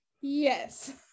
Yes